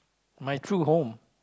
my true home